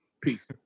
Peace